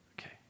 Okay